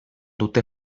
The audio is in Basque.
dute